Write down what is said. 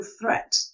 threat